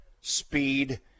speed